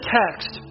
text